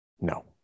No